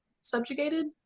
subjugated